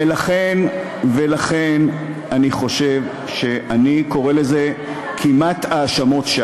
ולכן, אני חושב, אני קורא לזה כמעט-האשמות-שווא.